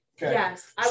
Yes